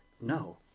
no